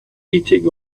eating